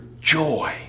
joy